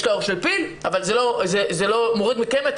יש לה עור של פיל אבל זה לא מוריד מכם את